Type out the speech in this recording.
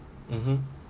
mmhmm